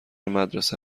مدرسه